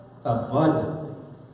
Abundantly